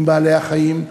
עם בעלי-החיים.